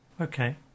Okay